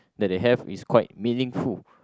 that they have is quite meaningful